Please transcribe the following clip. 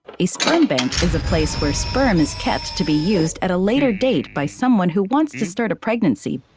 a sperm bank is a place where sperm is kept to be used at a later date, by someone who wants to start a pregnancy,